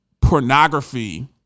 pornography